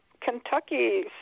Kentucky